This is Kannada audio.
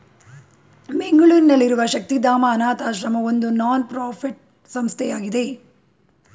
ಬೆಂಗಳೂರಿನಲ್ಲಿರುವ ಶಕ್ತಿಧಾಮ ಅನಾಥಶ್ರಮ ಒಂದು ನಾನ್ ಪ್ರಫಿಟ್ ಸಂಸ್ಥೆಯಾಗಿದೆ